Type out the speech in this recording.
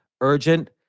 Urgent